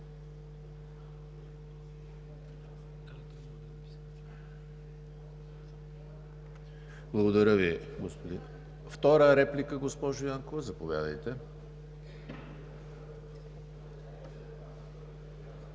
Благодаря Ви, господин Динков. Втора реплика – госпожо Янкова, заповядайте.